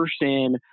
person